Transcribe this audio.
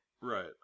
Right